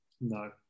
No